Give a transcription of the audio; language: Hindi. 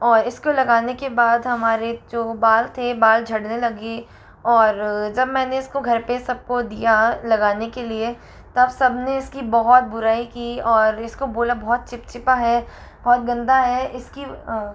और इसको लगाने के बाद हमारे जो बाल थे बाल झड़ने लगे और जब मैंने इसको घर पे सबको दिया लगाने के लिए तब सबने इसकी बहुत बुराई की और इसको बोला बहुत चिपचिपा है बहुत गंदा है